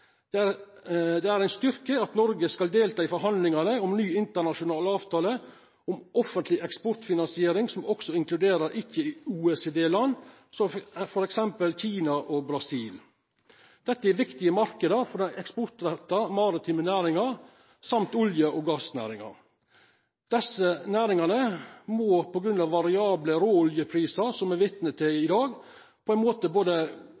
norsk eksport. Det er ein styrke at Noreg skal delta i forhandlingane om ny internasjonal avtale om offentleg eksportfinansiering som også inkluderer ikkje-OECD-land, som f.eks. Kina og Brasil. Dette er viktige marknader for den eksportretta maritime næringa og olje- og gassnæringa. Desse næringane må grunna variable råoljeprisar, som me er vitne til i dag, på ein måte både